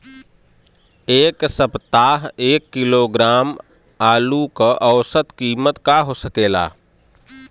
एह सप्ताह एक किलोग्राम आलू क औसत कीमत का हो सकेला?